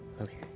Okay